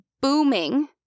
booming